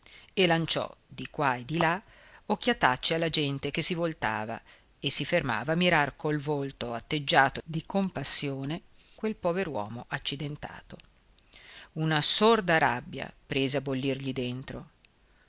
e lanciò di qua e di là occhiatacce alla gente che si voltava e si fermava a mirar col volto atteggiato di compassione quel pover uomo accidentato una sorda rabbia prese a bollirgli dentro